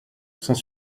sans